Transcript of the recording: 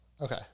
Okay